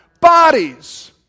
Bodies